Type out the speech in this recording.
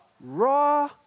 Raw